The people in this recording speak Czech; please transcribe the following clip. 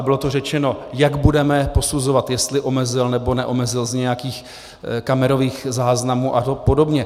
A bylo to řečeno, jak budeme posuzovat, jestli omezil, nebo neomezil, z nějakých kamerových záznamů apod.